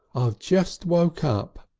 i've just woke up.